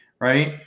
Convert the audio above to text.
right